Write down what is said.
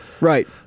Right